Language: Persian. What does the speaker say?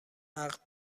عقد